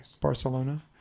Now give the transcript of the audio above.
Barcelona